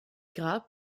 gras